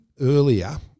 earlier